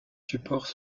supports